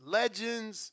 legends